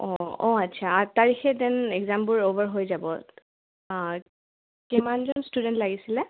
অঁ অঁ আচ্ছা আঠ তাৰিখে দেন এক্জামবোৰ অ'ভাৰ হৈ যাব কিমানজন ষ্টুডেণ্ট লাগিছিলে